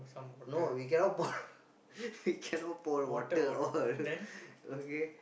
no we cannot put we cannot pour water all okay